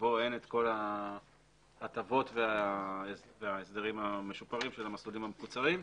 בו אין את כל ההטבות וההסדרים המשופרים של המסלולים המקוצרים.